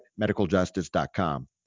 medicaljustice.com